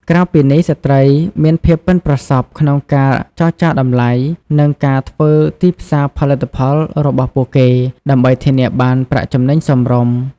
ក្រៅពីនេះ ស្ត្រីមានភាពប៉ិនប្រសប់ក្នុងការចរចាតម្លៃ និងការធ្វើទីផ្សារផលិតផលរបស់ពួកគេ ដើម្បីធានាបានប្រាក់ចំណេញសមរម្យ។